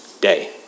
day